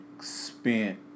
spent